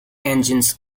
engines